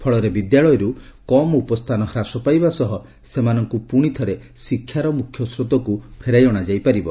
ଫଳରେ ବିଦ୍ୟାଳୟରୁ କମ୍ ଉପସ୍ଥାନ ହ୍ରାସ ପାଇବା ସହ ସେମାନଙ୍କୁ ପୁଣି ଥରେ ଶିକ୍ଷାର ମୁଖ୍ୟସ୍ରୋତକୁ ଫେରାଇ ଅଣାଯାଇପାରିବ